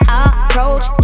approach